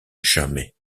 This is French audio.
jamais